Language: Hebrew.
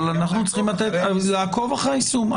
אבל אנחנו צריכים לעקוב אחרי היישום.